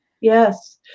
Yes